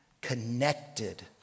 connected